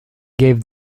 gave